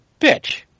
bitch